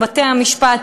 מבתי-המשפט,